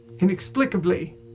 inexplicably